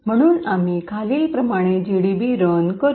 म्हणून आम्ही खालीलप्रमाणे जीडीबी रन करू